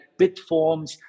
Bitforms